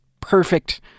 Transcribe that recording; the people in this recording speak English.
perfect